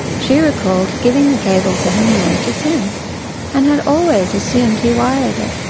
she recalled giving the cable to hemingway to send and had always assumed he wired it.